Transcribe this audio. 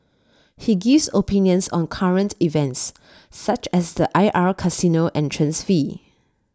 he gives opinions on current events such as the IR casino entrance fee